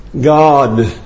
God